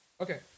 Okay